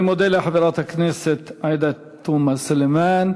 אני מודה לחברת הכנסת עאידה תומא סלימאן.